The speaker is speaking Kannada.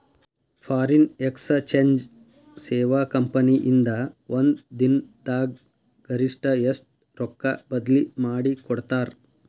ಫಾರಿನ್ ಎಕ್ಸಚೆಂಜ್ ಸೇವಾ ಕಂಪನಿ ಇಂದಾ ಒಂದ್ ದಿನ್ ದಾಗ್ ಗರಿಷ್ಠ ಎಷ್ಟ್ ರೊಕ್ಕಾ ಬದ್ಲಿ ಮಾಡಿಕೊಡ್ತಾರ್?